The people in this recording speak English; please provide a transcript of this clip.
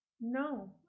No